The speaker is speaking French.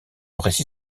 récit